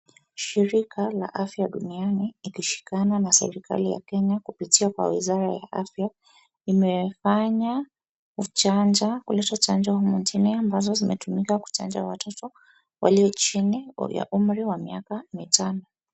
Shirika la afya duniani likishikana na serikali ya Kenya kupitia kwa wizara ya afya limefanya uchanja. Kuleta chanjo humu inchini ambazo zimetumika kuchanja watoto walio chini ya umri wa miaka mitano.